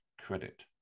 credit